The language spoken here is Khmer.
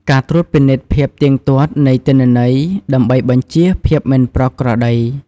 ការត្រួតពិនិត្យភាពទៀងទាត់នៃទិន្នន័យ ដើម្បីបញ្ចៀសភាពមិនប្រក្រតី។